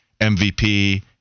MVP